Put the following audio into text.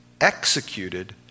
executed